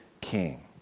king